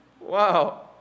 Wow